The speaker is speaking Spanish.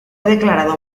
declarado